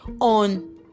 on